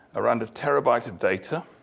around a terabyte of data.